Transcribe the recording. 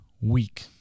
week